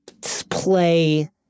play